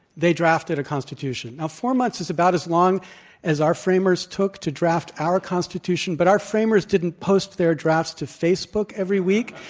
they drafted a constitution. now, four months is about as long as our framers took to draft our constitution but our framers didn't post their drafts to facebook every week.